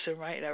right